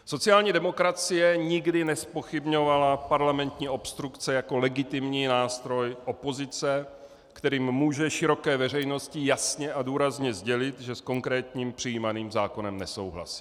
Sociální demokracie nikdy nezpochybňovala parlamentní obstrukce jako legitimní nástroj opozice, kterým může široké veřejnosti jasně a důrazně sdělit, že s konkrétním přijímaným zákonem nesouhlasí.